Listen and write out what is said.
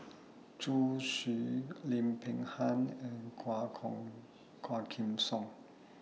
Zhu Xu Lim Peng Han and Quah Kong Quah Kim Song